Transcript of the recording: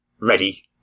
ready